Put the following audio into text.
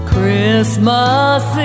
Christmas